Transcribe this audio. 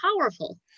powerful